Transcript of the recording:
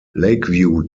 lakeview